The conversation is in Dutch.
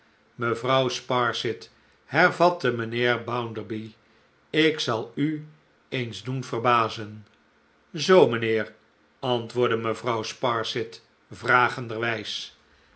mevrouw sparsit hervatte mijnheer bounderby ik zal u eens doen verbazen zoo mijnheer antwoordde mevrouw sparsit